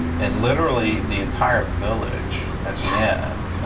and literally the entire village at the end,